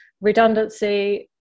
redundancy